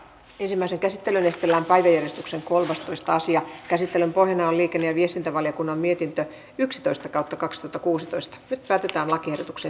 ensimmäisen käsittelyn etelän paljastuksen kolmastoista asian käsittelyn pohjana on liike ja viestintävaliokunnan mietintö yksitoistatuhattakaksisataakuusitoista tee päätöstä lakiesityksen